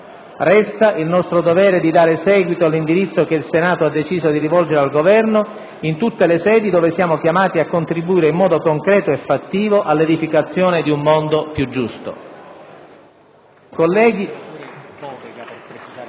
Resta il nostro dovere di dare seguito all'indirizzo che il Senato ha deciso di rivolgere al Governo in tutte le sedi dove siamo chiamati a contribuire in modo concreto e fattivo all'edificazione di un mondo più giusto. *(Applausi